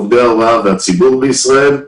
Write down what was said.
עובדי ההוראה והציבור בישראל.